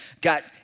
got